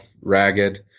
ragged